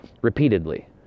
repeatedly